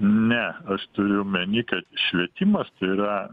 ne aš turiu omeny kad švietimas tai yra